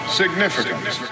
significance